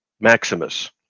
Maximus